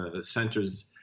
centers